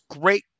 great